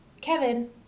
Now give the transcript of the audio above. Kevin